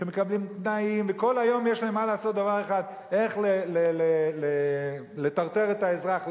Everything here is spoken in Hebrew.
שמקבלים תנאים וכל היום יש להם לעשות דבר אחד: לטרטר את האזרח,